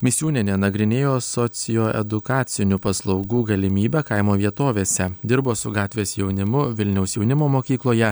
misiūnienė nagrinėjo socio edukacinių paslaugų galimybę kaimo vietovėse dirbo su gatvės jaunimu vilniaus jaunimo mokykloje